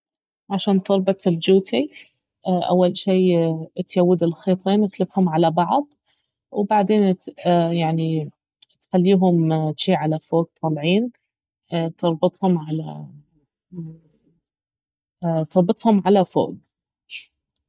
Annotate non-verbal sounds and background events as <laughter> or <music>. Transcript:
عشان تربط الجوتي اول شي تيود الخيطين تلفهم على بعض وبعدين يعني تخليهم جي يعني على فوق طالعين تربطهم على <hesitation> تربطهم على فوق